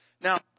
now